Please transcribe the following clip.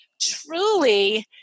truly